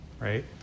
right